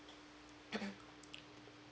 mmhmm